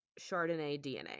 chardonnaydna